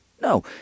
no